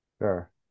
Sure